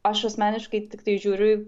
aš asmeniškai tiktai žiūriu